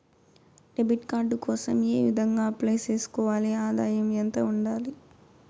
Debit card కోసం ఏ విధంగా అప్లై సేసుకోవాలి? ఆదాయం ఎంత ఉండాలి?